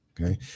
Okay